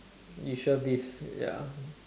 you sure beef ya